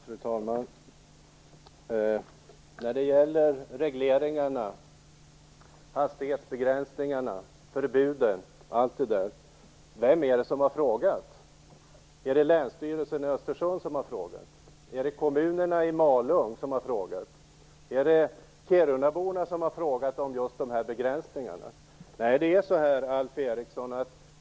Fru talman! Vem är det som har frågat efter regleringar, hastighetsbegränsningar och förbud? Är det Länsstyrelsen i Östersund som har frågat? Är det Malungs kommun som har frågat? Är det kirunaborna som har frågat efter dessa begränsningar?